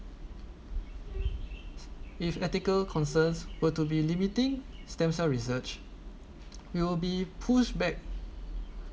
if ethical concerns were to be limiting stem cell research will be pushed back